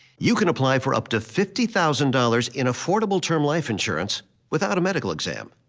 you can apply for up to fifty thousand dollars in affordable term life insurance without a medical exam.